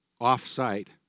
off-site